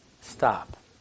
Stop